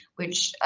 which, ah,